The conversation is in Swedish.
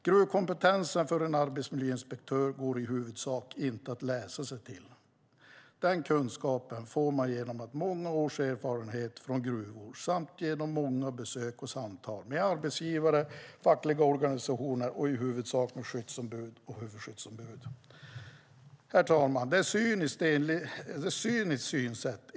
Gruvkompetens för en arbetsmiljöinspektör går i huvudsak inte att läsa sig till. Den kunskapen får man genom många års erfarenhet från gruvor samt genom många besök vid gruvorna och samtal med arbetsgivare, fackliga organisationer och i huvudsak med skyddsombud och huvudskyddsombud. Herr talman! Detta synsätt är cyniskt.